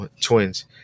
twins